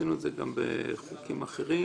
עשינו זאת גם בחוקים אחרים,